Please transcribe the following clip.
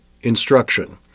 instruction